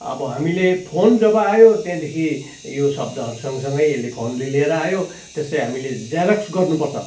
अब हामीले फोन जब आयो त्यहाँदेखि यो शब्दहरूसँगसँगै यसले फोनले लिएर आयो त्यस्तै हामीले जेरक्स गर्नुपर्छ